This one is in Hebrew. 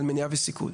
מניעה וסיכון.